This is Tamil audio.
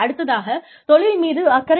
அடுத்தாக தொழில் மீது அக்கறை